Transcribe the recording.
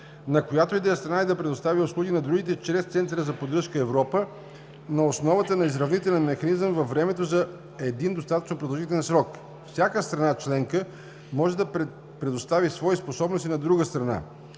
на която и да е страна и да предоставя услуги на другите чрез Центъра за поддръжка „Европа" на основата на изравнителен механизъм във времето за един достатъчно продължителен срок. Всяка страна членка може да предостави свои способности на друга страна.